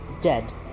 Dead